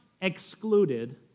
excluded